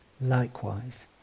likewise